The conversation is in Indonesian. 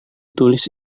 tulis